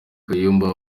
kayumba